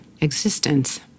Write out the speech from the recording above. existence